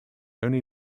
only